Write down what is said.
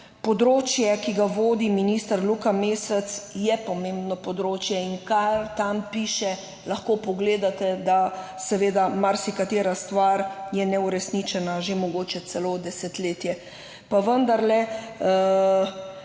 področje, ki ga vodi minister Luka Mesec, pomembno področje in kar tam piše, lahko pogledate, da seveda marsikatera stvar je neuresničena že mogoče celo desetletje.